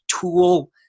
tool